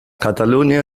catalonia